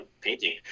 painting